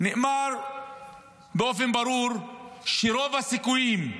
נאמר באופן ברור שרוב הסיכויים,